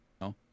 No